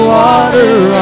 Water